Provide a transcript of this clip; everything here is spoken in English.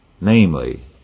namely